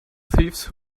thieves